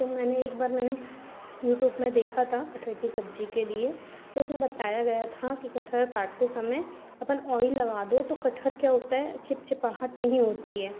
तो मैंने एक बार मैंने यूटूब में देखा था कटहल की सब्ज़ी के लिए तो उसमें बताया गया था कि कटहल काटते समय अपन ऑइल लगा दो तो कटहल क्या होता है चिपचिपाहट नहीं होती है